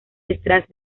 detrás